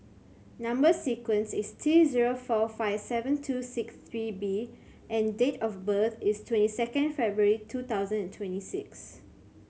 number sequence is T zero four five seven two six three B and date of birth is twenty second February two thousand and twenty six